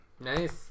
Nice